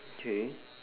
okay